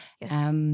Yes